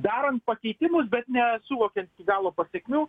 darant pakeitimus bet nesuvokiant iki galo pasekmių